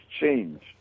change